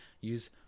use